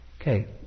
Okay